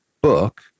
book